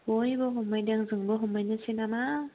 बयबो हमैदों जोंबो हमैनोसै नामा